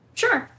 sure